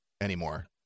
anymore